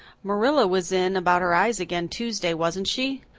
marilla was in about her eyes again tuesday, wasn't she?